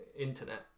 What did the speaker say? internet